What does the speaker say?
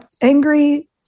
angry